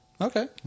okay